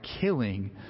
killing